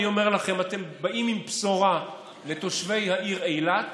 אני אומר לכם: אתם באים עם בשורה לתושבי העיר אילת,